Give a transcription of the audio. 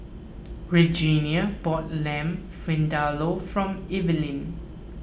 Regenia bought Lamb Vindaloo from Evelin